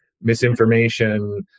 misinformation